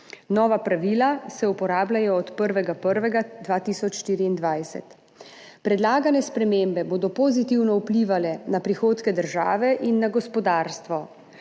Nova pravila se uporabljajo od 1. 1. 2024. Predlagane spremembe bodo pozitivno vplivale na prihodke države in gospodarstvo.